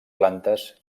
plantes